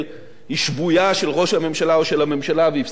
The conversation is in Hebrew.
ראש הממשלה או של הממשלה והפסיקה לבקר את הממשלה.